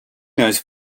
those